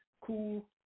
cool